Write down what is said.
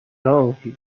know